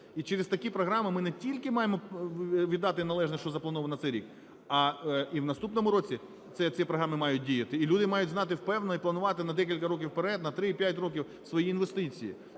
І через такі програми ми не тільки маємо віддати належне, що заплановано на цей рік, а і в наступному році ці програми мають діяти. І люди мають знати впевнено і планувати на декілька років вперед, на 3-5 років, свої інвестиції